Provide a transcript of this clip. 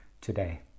today